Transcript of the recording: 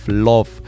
Love